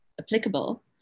applicable